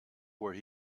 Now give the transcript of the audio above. where